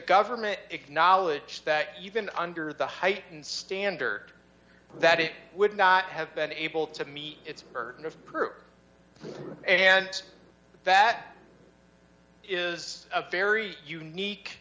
government acknowledged that even under the high standard that it would not have been able to meet its burden of proof and that is a very unique